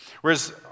Whereas